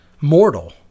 mortal